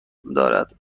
دارد